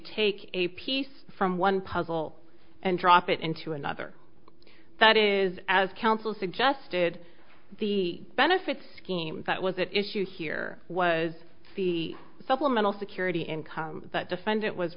take a piece from one puzzle and drop it into another that is as counsel suggested the benefits scheme that was that issue here was the supplemental security income that defendant was